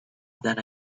then